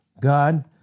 God